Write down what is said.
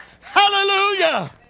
Hallelujah